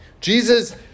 Jesus